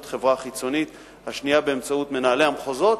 חברה חיצונית והשנייה באמצעות מנהלי המחוזות,